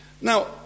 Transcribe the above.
Now